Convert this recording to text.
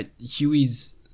Huey's